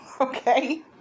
okay